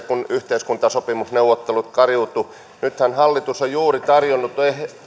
kun yhteiskuntasopimusneuvottelut kariutuivat nythän hallitus on juuri tarjonnut